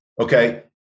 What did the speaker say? Okay